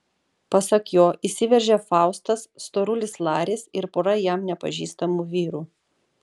pasak jo įsiveržė faustas storulis laris ir pora jam nepažįstamų vyrų